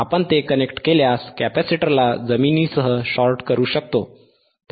आपण ते कनेक्ट केल्यास कॅपेसिटरला जमिनीसह शॉर्ट करू शकतो